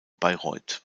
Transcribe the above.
bayreuth